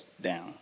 down